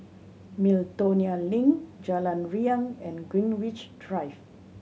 Miltonia Link Jalan Riang and Greenwich Drive